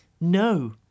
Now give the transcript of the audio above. No